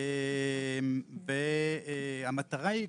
המטרה היא,